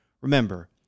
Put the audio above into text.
Remember